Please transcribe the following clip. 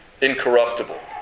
Incorruptible